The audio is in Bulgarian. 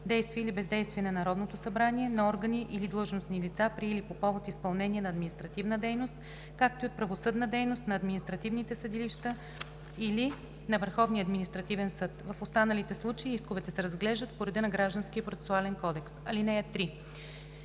действия или бездействия на Народното събрание, на органи или длъжностни лица при или по повод изпълнение на административна дейност, както и от правосъдната дейност на административните съдилища или на Върховния административен съд. В останалите случаи исковете се разглеждат по реда на Гражданския процесуален кодекс. (3)